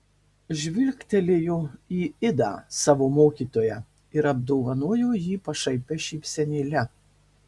žvilgtelėjo į idą savo mokytoją ir apdovanojo jį pašaipia šypsenėle